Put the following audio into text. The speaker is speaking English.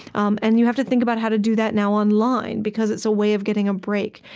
um and you have to think about how to do that now online, because it's a way of getting a break.